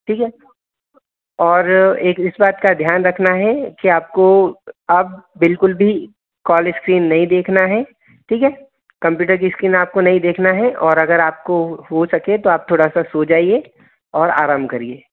ठीक है और एक इस बात का ध्यान रखना है कि आपको आप बिल्कुल भी कॉल स्क्रीन नहीं देखना है ठीक है कंप्यूटर की स्क्रीन आपको नहीं देखना है और अगर आपको हो सके तो आप थोड़ा सा सो जाइए और आराम करिए